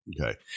Okay